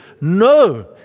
No